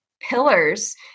pillars